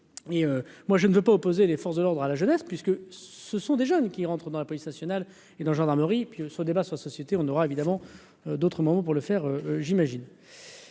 moi je ne veux pas opposer les forces de l'ordre à la jeunesse, puisque ce sont des jeunes. Qui rentre dans la police nationale et dans la gendarmerie et puis ce débat soit société on aura évidemment d'autres moments pour le faire, j'imagine,